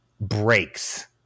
breaks